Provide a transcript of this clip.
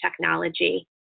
technology